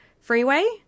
Freeway